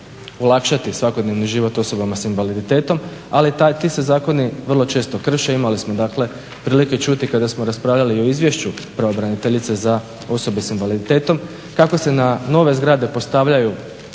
svakodnevni život osobama s invaliditetom, ali ti se zakoni vrlo često krše. Imali smo dakle prilike čuti kada smo raspravljali o izvješću pravobraniteljice za osobe s invaliditetom kako se na nove zgrade postavljaju